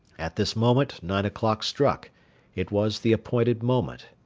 at this moment nine o'clock struck it was the appointed moment.